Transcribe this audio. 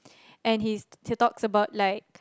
and he he talks about like